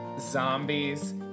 Zombies